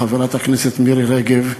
חברת הכנסת מירי רגב,